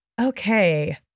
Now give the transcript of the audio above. Okay